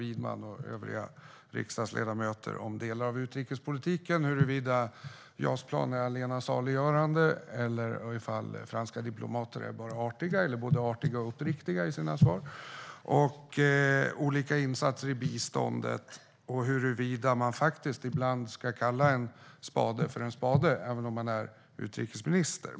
Vi kan måhända ha olika meningar om delar av utrikespolitiken, huruvida JAS-plan är allena saliggörande, ifall franska diplomater bara är artiga eller både artiga och uppriktiga i sina svar, om olika insatser i biståndet och huruvida en spade faktiskt ska kallas för en spade även av den som är utrikesminister.